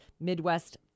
Midwest